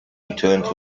returns